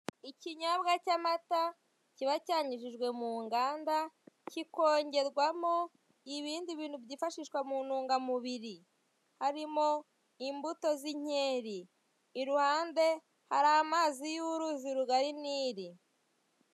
Ikinyobwa cy'amata kiba cyanyujijwe mu nganda, kikongerwamo ibindi bintu byifashishwa mu ntungamubiri harimo imbuto z'inkeri iruhande, hari amazi y'uruzi rugari Nili.